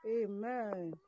amen